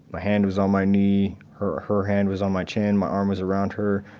my hand was on my knee, her her hand was on my chin, my arm was around her.